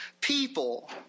people